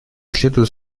следует